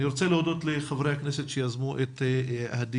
אני רוצה להודות לחברי הכנסת שיזמו את הדיון,